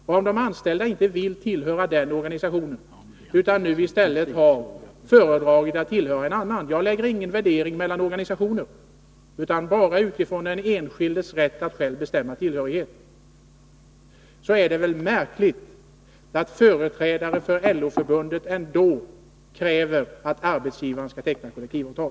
Om de anställda inte vill tillhöra denna organisation utan har föredragit att tillhöra en annan — jag lägger ingen värdering i vilken organisation det är fråga om, utan jag talar bara om den enskildes rätt att själv bestämma om sin organisationstillhörighet — så är det väl märkligt att företrädare för LO-förbundet ändå kräver att arbetsgivaren skall teckna kollektivavtal.